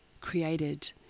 created